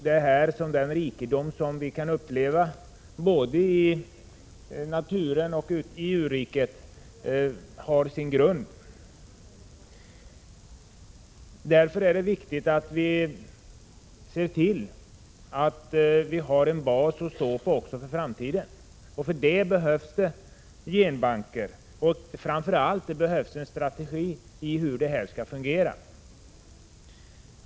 Det är här som den rikedom vi kan uppleva i naturen och i djurriket har sin grund. Därför är det viktigt att vi ser till att vi har en bas att stå på också för framtiden. För det behövs det genbanker. Framför allt behövs en strategi för hur dessa skall fungera.